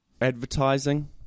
Advertising